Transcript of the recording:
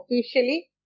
officially